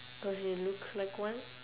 cause you look like one